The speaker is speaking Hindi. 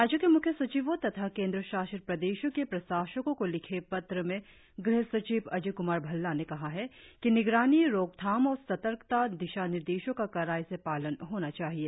राज्यों के मुख्य सचिवों तथा केन्द्र शासित प्रदेशों के प्रशासकों को लिखे पत्र में गृह सचिव अजय कुमार भल्ला ने कहा है कि निगरानी रोकथाम और सतर्कता दिशा निर्देशों का कड़ाई से पालन होना चाहिए